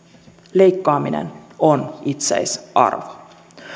leikkaaminen on itseisarvo